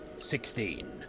Sixteen